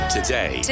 Today